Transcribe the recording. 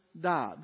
died